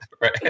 Right